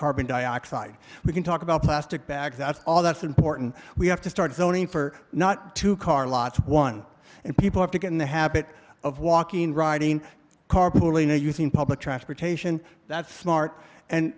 carbon dioxide we can talk about plastic bags that's all that's important we have to start zoning for not to car lots one and people have to get in the habit of walking riding carpooling or using public transportation that's smart and